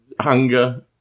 hunger